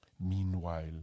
Meanwhile